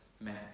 man